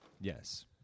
Yes